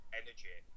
energy